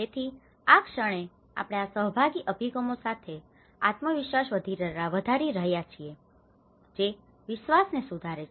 તેથી આ ક્ષણે આપણે આ સહભાગી અભિગમો સાથે આત્મવિશ્વાસ વધારી રહ્યા છીએ જે વિશ્વાસને સુધારે છે